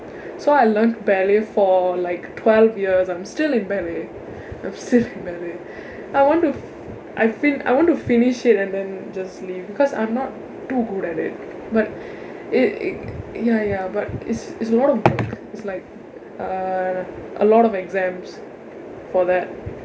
so I learnt ballet for like twelve years I'm still in ballet I'm still in ballet I want to I feel I want to finish it and then just leave because I'm not too good at it but it ya ya but it's it's a lot of work it's like uh a lot of exams for that